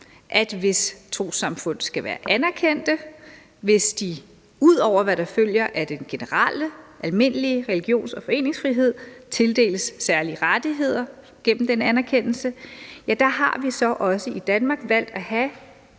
hvis trossamfund skal være anerkendte, og hvis de, ud over hvad der følger af den generelle, almindelige religions- og foreningsfrihed, tildeles særlige rettigheder gennem den anerkendelse. Der har vi så også i Danmark valgt at have